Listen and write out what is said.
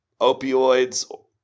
opioids